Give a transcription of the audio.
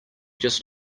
just